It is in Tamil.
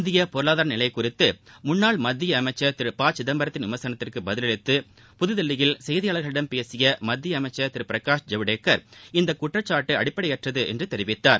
இந்திய பொருளாதார நிலை குறித்து முன்னாள் மத்திய அமைச்சர் திரு ப சிதம்பரத்தின் விமர்சனத்திற்கு பதிலளித்து புதுதில்லியில் செய்திபாளர்களிடம் பேசிய மத்திய அமைச்சர் திரு பிரகாஷ் ஜவடேக்கர் இந்த குற்றச்சாட்டு அடிப்படையற்றது என்று தெரிவித்தார்